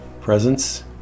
presence